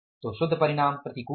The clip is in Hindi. तो शुद्ध परिणाम प्रतिकूल है